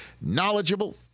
knowledgeable